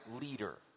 leader